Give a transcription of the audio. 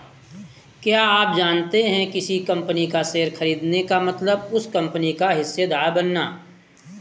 क्या आप जानते है किसी कंपनी का शेयर खरीदने का मतलब उस कंपनी का हिस्सेदार बनना?